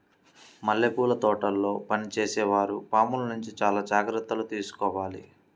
మల్లెపూల తోటల్లో పనిచేసే వారు పాముల నుంచి చాలా జాగ్రత్తలు తీసుకోవాలి